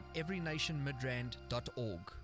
everynationmidrand.org